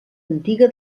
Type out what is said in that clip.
antiga